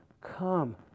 come